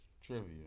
Trivia